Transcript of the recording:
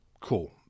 cool